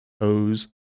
hose